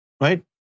right